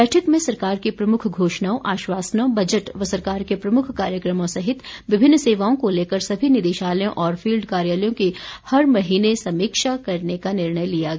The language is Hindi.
बैठक में सरकार की प्रमुख घोषणाओं आश्वासनों बजट व सरकार के प्रमुख कार्यक्रमों सहित विभिन्न सेवाओं को लेकर सभी निदेशालयों और फील्ड कार्यालयों की हर महीने समीक्षा करने का निर्णय लिया गया